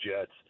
Jets